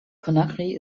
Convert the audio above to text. conakry